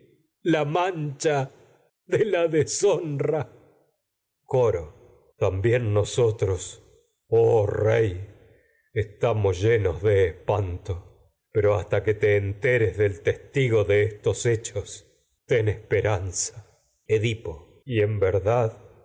la mancha de oh rey la deshonra llenos coro de también nosotros que estamos espanto pero hasta te enteres del testigo de estos hechos ten esperanza y en edipo verdad